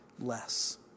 less